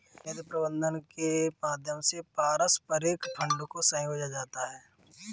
निधि प्रबन्धन के माध्यम से पारस्परिक फंड को संजोया जाता है